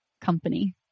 company